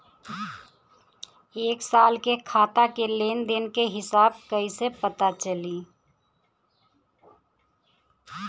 एक साल के खाता के लेन देन के हिसाब कइसे पता चली?